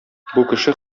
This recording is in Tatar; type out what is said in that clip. кеше